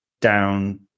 down